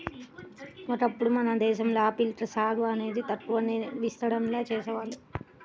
ఒకప్పుడు మన దేశంలో ఆపిల్ సాగు అనేది తక్కువ విస్తీర్ణంలో చేసేవాళ్ళు